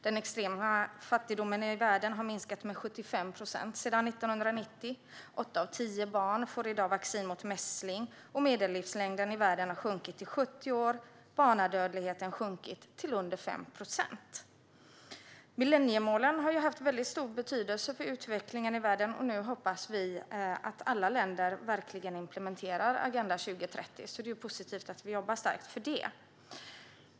Den extrema fattigdomen i världen har minskat med 75 procent sedan 1990, åtta av tio barn får i dag vaccin mot mässling, medellivslängden i världen har stigit till 70 år och barnadödligheten har sjunkit till under 5 procent. Millenniemålen har haft stor betydelse för utvecklingen i världen. Nu hoppas vi att alla länder verkligen implementerar Agenda 2030, och det är positivt att vi jobbar hårt för det.